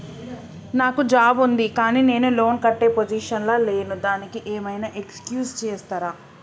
నాకు జాబ్ ఉంది కానీ నేను లోన్ కట్టే పొజిషన్ లా లేను దానికి ఏం ఐనా ఎక్స్క్యూజ్ చేస్తరా?